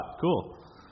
Cool